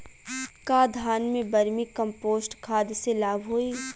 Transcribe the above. का धान में वर्मी कंपोस्ट खाद से लाभ होई?